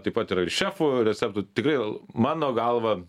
taip pat yra ir šefų receptų tikrai mano galva